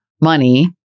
money